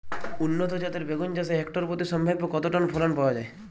উন্নত জাতের বেগুন চাষে হেক্টর প্রতি সম্ভাব্য কত টন ফলন পাওয়া যায়?